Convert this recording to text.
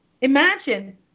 imagine